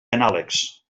anàlegs